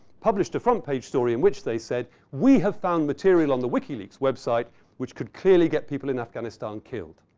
published a front-page story in which they said, we have found material on the wikileaks website which can clearly get people in afghanistan killed.